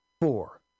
Four